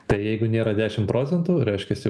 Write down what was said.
tai jeigu nėra dešim procentų reiškiasi